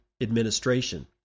administration